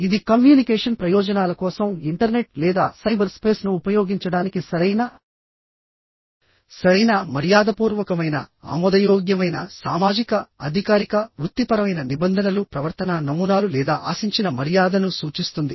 ఇది కమ్యూనికేషన్ ప్రయోజనాల కోసం ఇంటర్నెట్ లేదా సైబర్ స్పేస్ను ఉపయోగించడానికి సరైనసరైన మర్యాదపూర్వకమైనఆమోదయోగ్యమైన సామాజిక అధికారిక వృత్తిపరమైన నిబంధనలు ప్రవర్తనా నమూనాలు లేదా ఆశించిన మర్యాదను సూచిస్తుంది